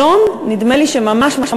היום, נדמה לי שממש-ממש